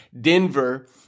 Denver